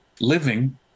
Living